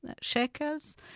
shekels